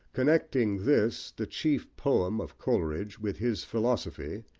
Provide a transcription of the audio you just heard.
connecting this, the chief poem of coleridge, with his philosophy,